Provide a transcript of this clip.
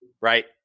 right